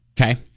Okay